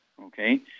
okay